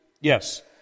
yes